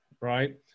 right